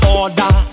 order